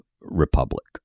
republic